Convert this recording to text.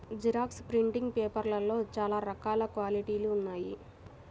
xerox printing పేపర్లలో చాలా రకాల క్వాలిటీలు ఉన్నాయి